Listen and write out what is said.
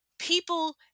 people